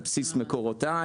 על בסיס מקורותיי,